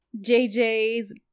JJ's